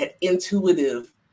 intuitive